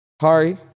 Hari